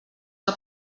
que